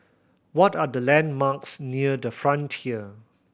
what are the landmarks near The Frontier